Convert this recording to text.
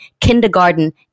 kindergarten